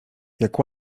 jak